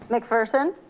mcpherson,